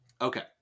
Okay